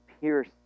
pierce